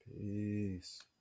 Peace